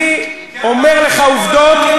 אני אומר לך עובדות,